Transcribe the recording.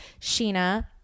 Sheena